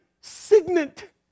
signet